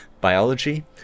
biology